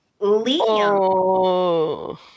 Liam